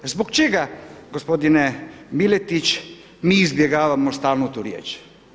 Zbog čega, gospodine Miletić, mi izbjegavamo stalno tu riječ?